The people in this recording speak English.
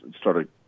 started